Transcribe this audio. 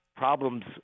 problems